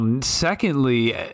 Secondly